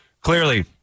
clearly